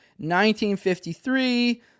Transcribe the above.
1953